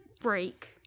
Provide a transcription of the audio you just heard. break